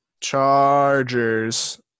Chargers